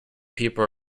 people